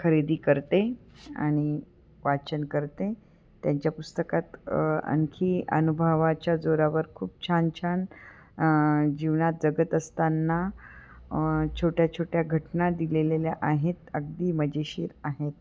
खरेदी करते आणि वाचन करते त्यांच्या पुस्तकात आणखी अनुभवाच्या जोरावर खूप छान छान जीवनात जगत असताना छोट्या छोट्या घटना दिलेलेल्या आहेत अगदी मजेशीर आहेत